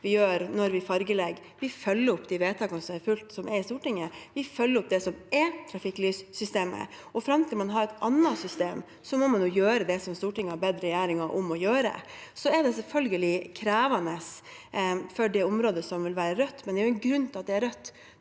Vi følger opp vedtakene fra Stortinget. Vi følger opp det som er trafikklyssystemet. Fram til man har et annet system, må man gjøre det Stortinget har bedt regjeringen om å gjøre. Det er selvfølgelig krevende for det området som vil være rødt, men det er en grunn til at det er rødt.